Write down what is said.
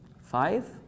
five